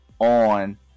on